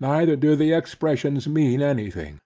neither do the expressions mean any thing